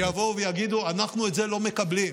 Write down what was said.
שיבואו ויגידו: אנחנו את זה לא מקבלים.